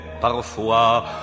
parfois